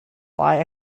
lie